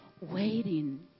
waiting